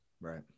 Right